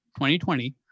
2020